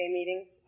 meetings